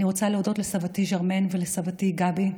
אני רוצה להודות לסבתי זרמן ולסבתי גבי,